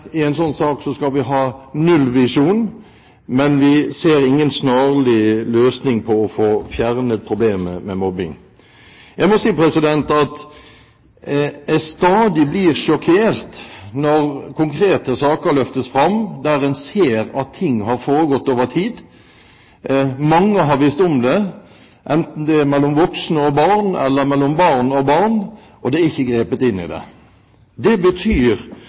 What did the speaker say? i en sånn sak skal vi ha nullvisjon, men vi ser ingen snarlig løsning for å få fjernet problemet med mobbing. Jeg må si at jeg stadig blir sjokkert når konkrete saker løftes fram, der en ser at ting har foregått over tid, som mange har visst om, enten det er mellom voksne og barn eller mellom barn og barn, og det ikke er grepet inn. Det betyr for meg og for oss i